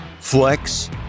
flex